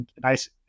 nice